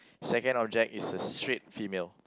second object is a straight female